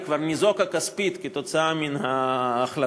היא כבר ניזוקה כספית כתוצאה מההחלטה.